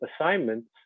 assignments